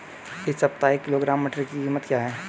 इस सप्ताह एक किलोग्राम मटर की कीमत क्या है?